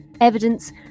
Evidence